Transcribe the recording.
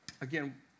again